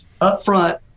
upfront